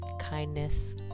kindness